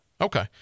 Okay